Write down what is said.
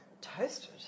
Toasted